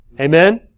Amen